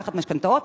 לקחת משכנתאות,